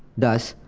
thus,